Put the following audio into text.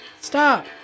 stop